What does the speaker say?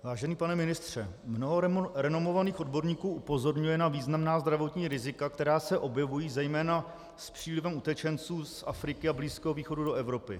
Vážený pane ministře, mnoho renomovaných odborníků upozorňuje na významná zdravotní rizika, která se objevují zejména s přílivem utečenců z Afriky a Blízkého východu do Evropy.